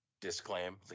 disclaim